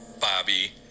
Bobby